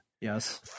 Yes